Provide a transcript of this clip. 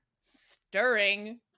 stirring